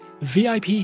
VIP